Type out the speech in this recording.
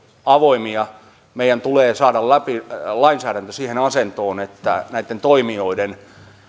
avoimia meidän tulee saada lainsäädäntö siihen asentoon että näitten toimijoiden